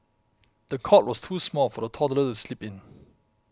the cot was too small for the toddler to sleep in